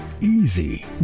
easy